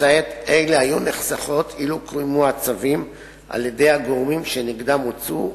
הוצאות אלה היו נחסכות אילו קוימו הצווים על-ידי הגורמים שנגדם הוצאו,